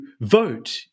vote